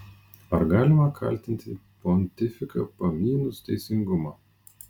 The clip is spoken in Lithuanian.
ar galima kaltinti pontifiką pamynus teisingumą